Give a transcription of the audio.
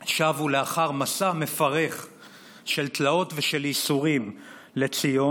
שבו לאחר מסע מפרך של תלאות ושל ייסורים לציון,